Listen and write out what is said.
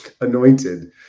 anointed